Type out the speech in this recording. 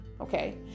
Okay